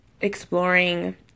exploring